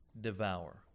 devour